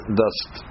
dust